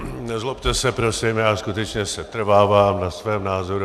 Nezlobte se prosím, já skutečně setrvávám na svém názoru.